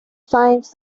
science